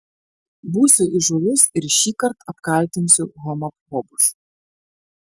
būsiu įžūlus ir šįkart apkaltinsiu homofobus